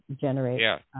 generate